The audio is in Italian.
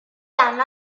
hanno